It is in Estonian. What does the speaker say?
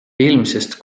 eelmisest